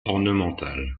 ornemental